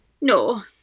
No